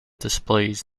displays